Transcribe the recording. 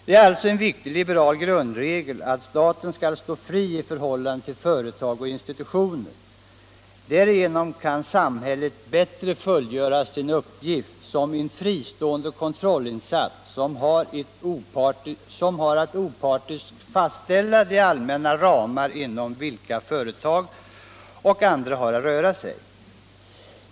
Det är alltså en viktig liberal grundregel att staten skall stå fri i förhållande till företag och institutioner. Därigenom kan samhället bättre fullgöra sin uppgift som en fristående kontrollinstans som har att opartisk fastställa de allmänna ramar inom vilka företag och andra har att röra sig.